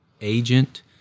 agent